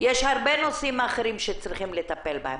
יש הרבה נושאים אחרים שצריכים לטפל בהם.